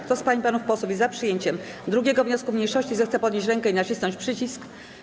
Kto z pań i panów posłów jest za przyjęciem 2. wniosku mniejszości, zechce podnieść rękę i nacisnąć przycisk.